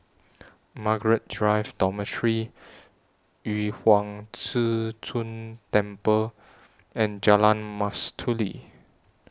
Margaret Drive Dormitory Yu Huang Zhi Zun Temple and Jalan Mastuli